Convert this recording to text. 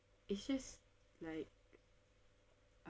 it's just like